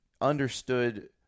understood